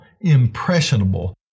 impressionable